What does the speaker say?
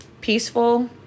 Peaceful